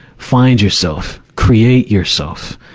find yourself, create yourself,